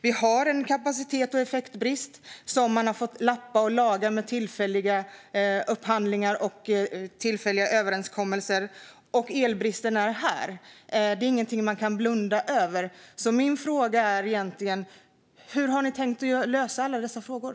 Vi har en kapacitets och effektbrist som man har fått lappa och laga med tillfälliga upphandlingar och överenskommelser, och elbristen är här. Det är ingenting man kan blunda för. Min fråga är egentligen: Hur har ni tänkt att lösa alla dessa frågor?